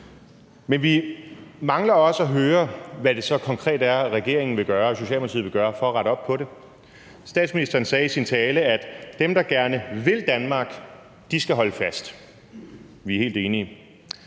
Men vi mangler også at høre, hvad det så konkret er, regeringen vil gøre for at rette op på det. Statsministeren sagde i sin tale, at dem, der gerne vil Danmark, skal holde fast – vi er helt enige.